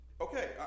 Okay